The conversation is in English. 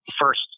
first